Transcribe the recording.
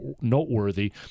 noteworthy